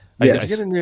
Yes